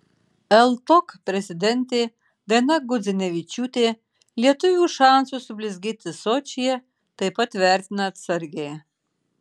ltok prezidentė daina gudzinevičiūtė lietuvių šansus sublizgėti sočyje taip pat vertina atsargiai